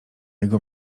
jego